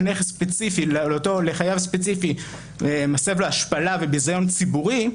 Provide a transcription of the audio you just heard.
נכס ספציפי לחייב ספציפי מסב לו השפלה וביזיון ציבורי,